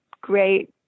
great